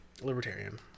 Libertarian